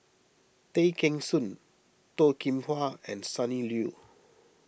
Tay Kheng Soon Toh Kim Hwa and Sonny Liew